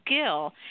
skill